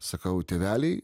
sakau tėveliai